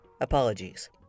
Apologies